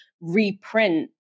reprint